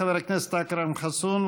חבר הכנסת אכרם חסון,